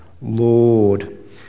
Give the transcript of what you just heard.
Lord